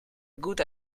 good